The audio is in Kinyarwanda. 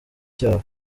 cyabo